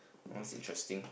oh that's interesting